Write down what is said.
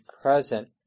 present